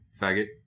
faggot